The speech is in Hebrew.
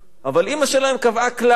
אבל אמא שלהם קבעה כלל: